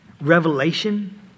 Revelation